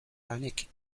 lanek